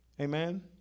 Amen